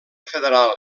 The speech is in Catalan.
federal